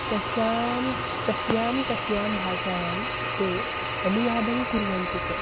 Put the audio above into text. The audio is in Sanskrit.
तस्यां तस्यां तस्यां भाषायां ते अनुवादं कुर्वन्ति च